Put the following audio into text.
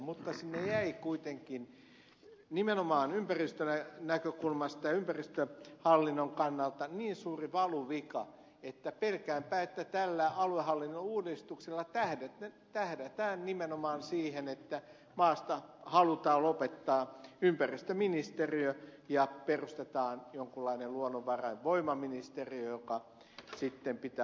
mutta sinne jäi kuitenkin nimenomaan ympäristönäkökulmasta ja ympäristöhallinnon kannalta niin suuri valuvika että pelkäänpä että tällä aluehallinnon uudistuksella tähdätään nimenomaan siihen että maasta halutaan lopettaa ympäristöministeriö ja perustetaan jonkunlainen luonnonvarainvoimaministeriö joka sitten pitää alaosastoa ympäristö